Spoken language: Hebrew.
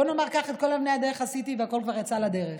בוא נאמר כך: את כל אבני הדרך עשיתי והכול כבר יצא לדרך.